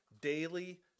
daily